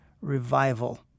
revival